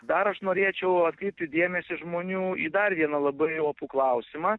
dar aš norėčiau atkreipti dėmesį žmonių į dar vieną labai opų klausimą